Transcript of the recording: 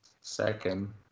Second